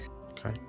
okay